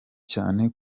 cyane